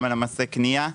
גם על מסי קנייה.